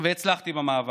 כפי שביקשו, והצלחתי במאבק.